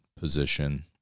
position